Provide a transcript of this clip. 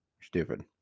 stupid